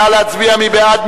מי בעד?